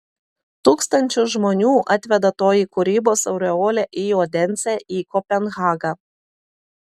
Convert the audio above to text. tūkstančius žmonių atveda toji kūrybos aureolė į odensę į kopenhagą